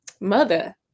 Mother